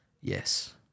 Yes